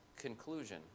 conclusion